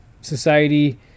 society